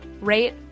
Rate